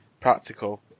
practical